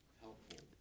helpful